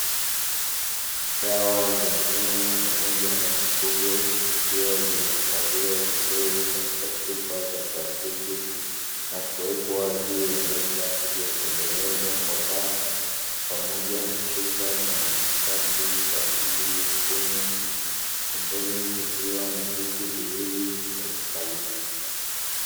Dawa za mimea pamoja na mifugo zikiwa zimehifadhiwa vizuri katika chupa za plastiki na kuwekwa juu ya meza iliyotengenezwa kwa mbao, pamoja na chupa za maji safi kwa ajili ya kunywa. Pembeni kukiwa na viti viwili vya kukalia.